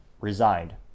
resigned